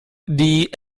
die